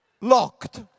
Locked